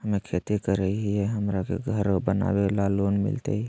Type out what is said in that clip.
हमे खेती करई हियई, हमरा के घर बनावे ल लोन मिलतई?